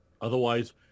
Otherwise